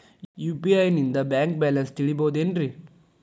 UPI ನಿಂದ bank balance ತಿಳಿಬಹುದೇನ್ರಿ?